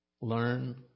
Learn